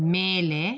ಮೇಲೆ